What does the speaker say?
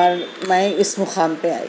اور میں اس مقام پہ آئی